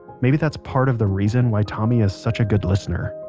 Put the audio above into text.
maybe that's part of the reason why tommy is such a good listener